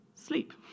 sleep